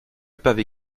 pavé